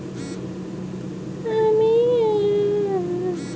আমি এই মুহূর্তে কত টাকা বাড়ীর ঋণ পেতে পারি?